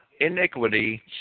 iniquity